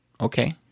Okay